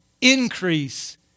increase